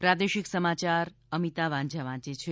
પ્રાદેશિક સમાયાર અમિતા વાંઝા વાંચે છે